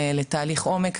לתהליך עומק,